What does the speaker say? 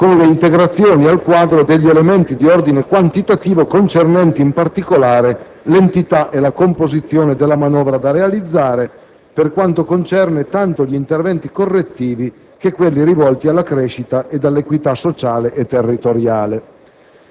con le integrazioni al quadro degli elementi di ordine quantitativo concernenti in particolare l'entità e la composizione della manovra da realizzare per quanto concerne tanto gli interventi correttivi che quelli rivolti alla crescita ed all'equità sociale e territoriale».